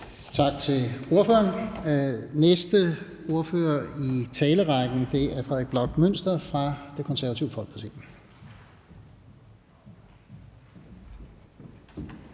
Tak til ordføreren. Næste ordfører i talerrækken er Frederik Bloch Münster fra Det Konservative Folkeparti.